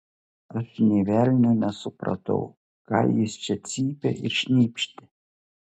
aš nė velnio nesupratau ką jis čia cypė ir šnypštė